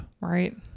Right